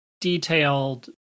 detailed